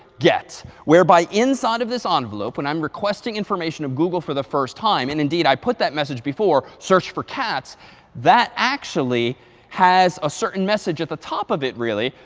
get, whereby inside of this ah envelope, when i'm requesting information of google for the first time and indeed, i put that message before, search for cats that actually has a certain message at the top of it, really,